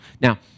Now